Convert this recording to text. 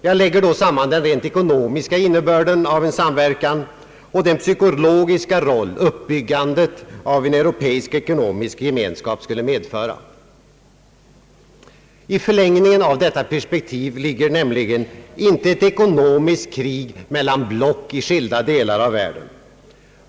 Jag lägger då samman den ekonomiska innebörden av en samverkan och den psykologiska roll uppbyggandet av en europeisk ekonomisk gemenskap skulle medföra. I förlängningen av detta perspektiv ligger nämligen inte ett ekonomiskt krig mellan block i skilda delar av världen.